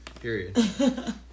Period